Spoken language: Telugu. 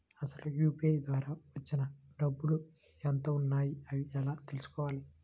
అసలు యూ.పీ.ఐ ద్వార వచ్చిన డబ్బులు ఎంత వున్నాయి అని ఎలా తెలుసుకోవాలి?